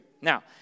Now